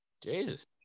Jesus